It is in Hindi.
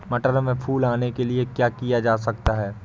मटर में फूल आने के लिए क्या किया जा सकता है?